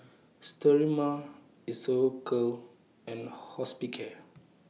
Sterimar Isocal and Hospicare